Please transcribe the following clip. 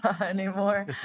anymore